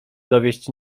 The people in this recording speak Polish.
dowieść